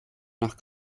nach